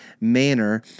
manner